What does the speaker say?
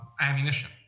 ammunition